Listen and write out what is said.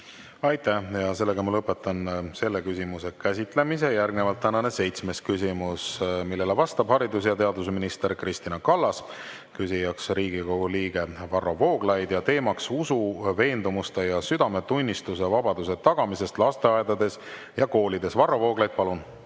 Aitäh! Lõpetan selle küsimuse käsitlemise. Järgnevalt tänane seitsmes küsimus, millele vastab haridus‑ ja teadusminister Kristina Kallas, küsija Riigikogu liige Varro Vooglaid ja teema usu-, veendumuste ja südametunnistuse vabaduse tagamisest lasteaedades ja koolides. Varro Vooglaid, palun!